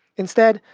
instead,